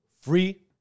free